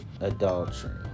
adultery